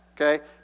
Okay